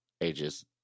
ages